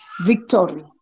victory